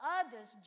others